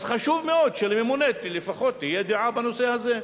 אז חשוב מאוד שלממונה לפחות תהיה דעה בנושא הזה,